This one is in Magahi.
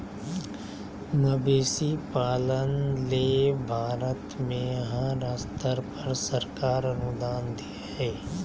मवेशी पालन ले भारत में हर स्तर पर सरकार अनुदान दे हई